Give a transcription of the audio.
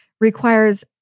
requires